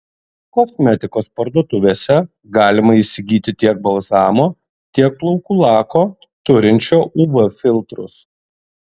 kosmetikos parduotuvėse galima įsigyti tiek balzamo tiek plaukų lako turinčių uv filtrus